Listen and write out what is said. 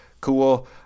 Cool